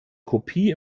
kopie